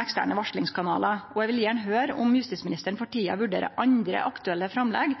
eksterne varslingskanalar, og eg vil gjerne høyre om justisministeren for tida vurderer andre aktuelle framlegg